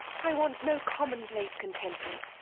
i want no commonplace contentment.